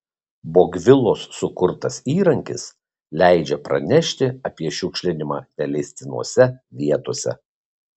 bogvilos sukurtas įrankis leidžia pranešti apie šiukšlinimą neleistinose vietose